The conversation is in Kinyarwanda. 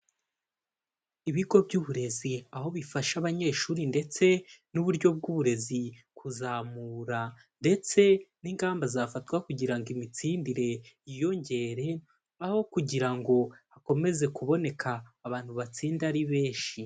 Ibigo by'uburezi aho bifasha abanyeshuri ndetse n'uburyo bw'uburezi kuzamura, ndetse n'ingamba zafatwa kugira ngo imitsindire yiyongere, aho kugira ngo hakomeze kuboneka abantu batsinda ari benshi.